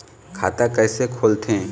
खाता कइसे खोलथें?